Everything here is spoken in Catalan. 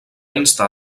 instar